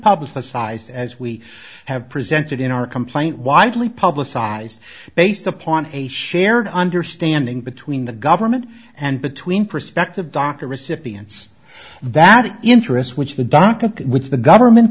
publicized as we have presented in our complaint widely publicized based upon a shared understanding between the government and between perspective doctor recipients that interest which the doctor which the government